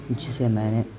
جسے میں نے